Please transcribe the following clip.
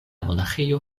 monaĥejo